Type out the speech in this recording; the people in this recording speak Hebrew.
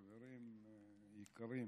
חברים יקרים,